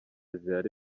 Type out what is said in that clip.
zihari